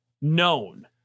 known